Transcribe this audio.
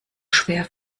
schwer